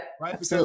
right